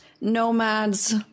Nomads